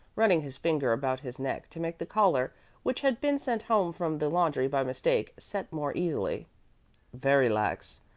running his finger about his neck to make the collar which had been sent home from the laundry by mistake set more easily very lax.